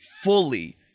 fully